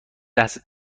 لحظه